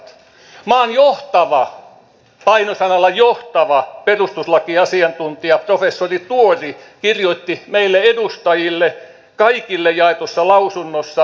maan johtava paino sanalla johtava perustuslakiasiantuntija professori tuori kirjoitti meille edustajille kaikille jaetussa lausunnossa